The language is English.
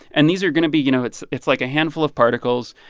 and these are going to be you know, it's it's like a handful of particles,